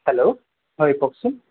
hello হয় কওঁকচোন